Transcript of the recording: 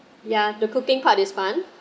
ya the cooking part is fun